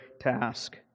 task